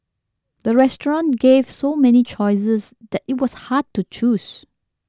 the restaurant gave so many choices that it was hard to choose